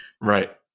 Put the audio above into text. right